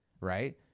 right